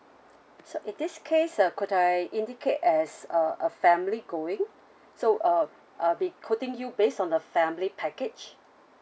so if this case uh could I indicate as uh a family going so uh I'll be quoting you based on the family package